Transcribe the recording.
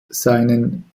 seinen